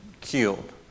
killed